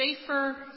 safer